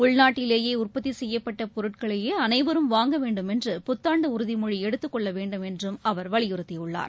உள்நாட்டிலேயேஉற்பத்திசெய்யப்பட்டபொருட்களையேஅனைவரும் வாங்க வேண்டும் என்று புத்தாண்டுஉறுதிமொழிஎடுத்துக்கொள்ளவேண்டும் என்றும் அவர் வலியுறுத்தியுள்ளார்